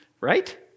right